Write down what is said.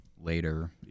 Later